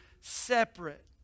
separate